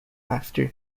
after